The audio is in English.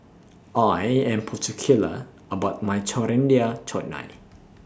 I Am particular about My Coriander Chutney